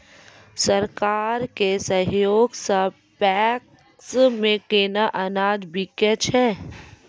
सरकार के सहयोग सऽ पैक्स मे केना अनाज बिकै छै?